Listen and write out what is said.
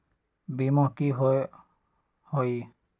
बीमा की होअ हई?